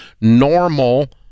normal